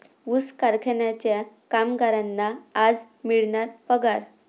ऊस कारखान्याच्या कामगारांना आज मिळणार पगार